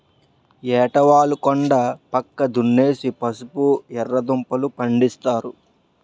ఏటవాలు కొండా పక్క దున్నేసి పసుపు, ఎర్రదుంపలూ, పండిస్తారు